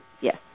yes